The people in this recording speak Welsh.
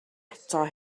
eto